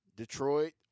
Detroit